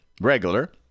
regular